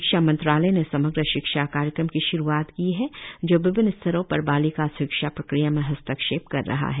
शिक्षा मंत्रालय ने समग्र शिक्षा कार्यक्रम की श्रुआत की है जो विभिन्न स्तरों पर बालिका शिक्षा प्रक्रिया में हस्तक्षेप कर रहा है